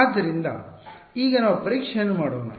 ಆದ್ದರಿಂದ ಈಗ ನಾವು ಪರೀಕ್ಷೆಯನ್ನು ಮಾಡೋಣ